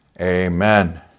amen